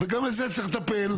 וגם בזה צריך לטפל.